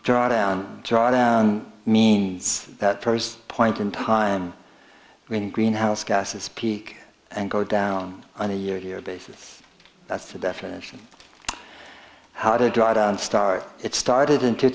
drawdown drawdown means that first point in time when greenhouse gases peak and go down on a year to year basis that's the definition how to draw down start it started in two